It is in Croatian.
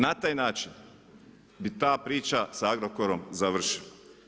Na taj način, bi ta priča sa Agrokorom završila.